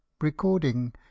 Recording